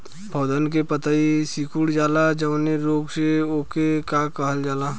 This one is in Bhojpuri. पौधन के पतयी सीकुड़ जाला जवने रोग में वोके का कहल जाला?